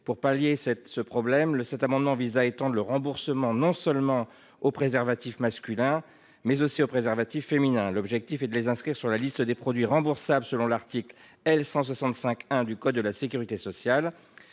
Pour pallier ce problème, cet amendement vise à étendre le remboursement non seulement aux préservatifs masculins, mais aussi aux préservatifs féminins. L’objectif est d’inscrire ces derniers sur la liste des produits remboursables selon l’article L. 165 1 du code de la sécurité sociale.